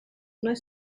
nois